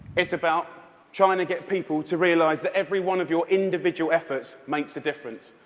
it's about trying to get people to realize that every one of your individual efforts makes a difference.